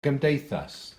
gymdeithas